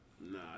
Nah